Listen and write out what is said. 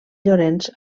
llorenç